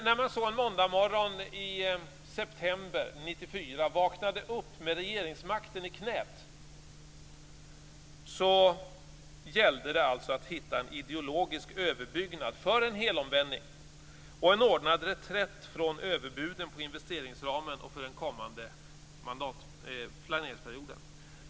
När man så en måndagsmorgon i september 1994 vaknade upp med regeringsmakten i knät gällde det alltså att hitta en ideologisk överbyggnad för en helomvändning och en ordnad reträtt från överbuden på investeringsramen för den kommande planeringsperioden.